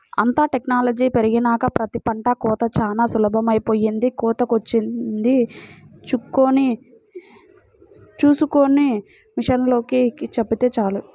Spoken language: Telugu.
అంతా టెక్నాలజీ పెరిగినాక ప్రతి పంట కోతా చానా సులభమైపొయ్యింది, కోతకొచ్చింది చూస్కొని మిషనోల్లకి చెబితే చాలు